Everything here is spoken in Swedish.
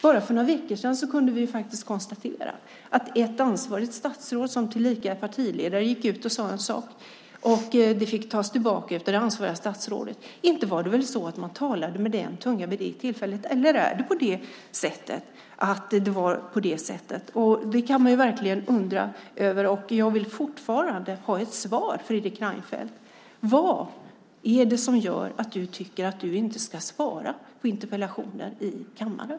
Bara för några veckor sedan kunde vi konstatera att ett ansvarigt statsråd, som tillika är partiledare, gick ut och sade en sak som sedan fick tas tillbaka. Inte talade man med en mun vid det tillfället! Eller var det på det sättet? Det kan man verkligen undra över. Jag vill fortfarande ha ett svar, Fredrik Reinfeldt. Vad är det som gör att du inte tycker att du ska svara på interpellationer i kammaren?